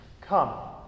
Come